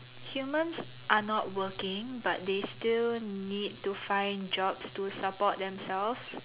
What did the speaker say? humans are not working but they still need to find jobs to support themselves